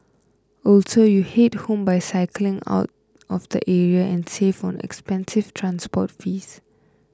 also you head home by cycling out of the area and save on expensive transport fees